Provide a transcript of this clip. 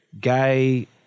gay